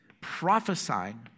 prophesying